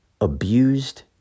abused